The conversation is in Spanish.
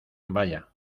vaya